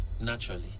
naturally